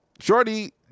Shorty